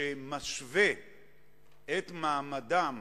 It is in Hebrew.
מה הבעיה?